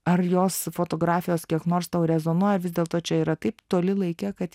ar jos fotografijos kiek nors tau rezonuoja vis dėlto čia yra taip toli laike kad